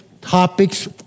topics